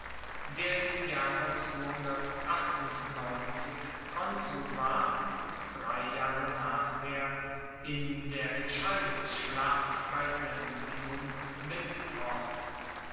der im jahre konsul war und drei jahre nachher in der entscheidungsschlacht bei sentinum mitfocht